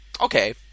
Okay